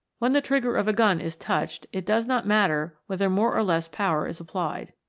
when the trigger of a gun is touched, it does not matter whether more or less power is applied.